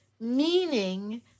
meaning